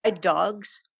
Dogs